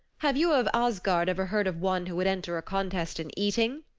have you of asgard ever heard of one who would enter a contest in eating?